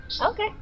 Okay